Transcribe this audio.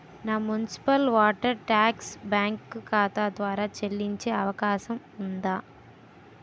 నా municipal water tax bank ఖాతా ద్వారా చెల్లించే అవకాశం ఉందా?